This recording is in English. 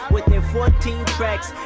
within fourteen tracks,